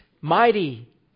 mighty